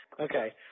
Okay